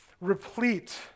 replete